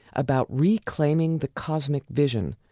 about reclaiming the cosmic vision,